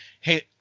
Hey